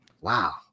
Wow